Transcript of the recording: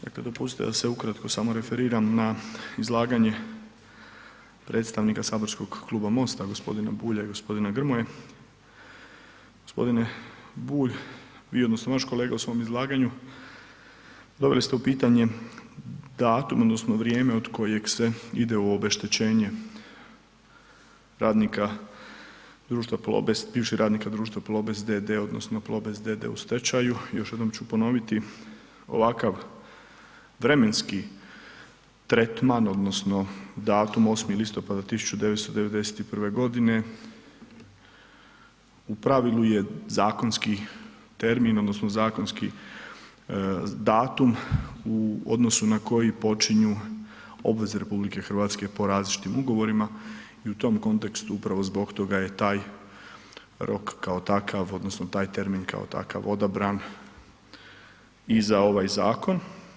Dakle, dopustite da se ukratko samo referiram na izlaganje predstavnika saborskog Kluba MOST-a g. Bulja i g. Grmoje. g. Bulj, vi odnosno vaš kolega u svom izlaganju doveli ste u pitanje datum odnosno vrijeme od kojeg se ide u obeštećenje radnika bivših radnika društva Plobest d.d. odnosno Plobest d.d. u stečaju, još jednom ću ponoviti, ovakav vremenski tretman odnosno datum 8.10.1991.g. u pravilu je zakonski termin odnosno zakonski datum u odnosu na koji počinju obveze RH po različitim ugovorima i u tom kontekstu upravo zbog toga je taj rok kao takav odnosno taj termin kao takav odabran i za ovaj zakon.